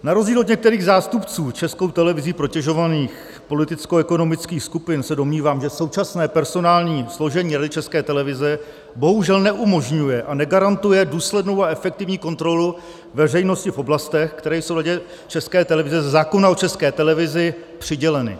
Na rozdíl od některých zástupců Českou televizí protežovaných politickoekonomických skupin se domnívám, že současné personální složení Rady České televize bohužel neumožňuje a negarantuje důslednou a efektivní kontrolu veřejnosti v oblastech, které jsou Radě České televize ze zákona o České televizi přiděleny.